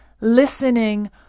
listening